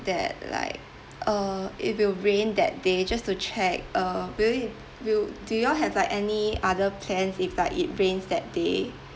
that like uh it will rain that day just to check uh will you will do you all have like any other plans if like it rains that day